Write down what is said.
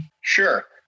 Sure